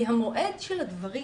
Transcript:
כי המועד של הדברים